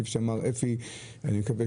כפי שאמר אפי רוזן,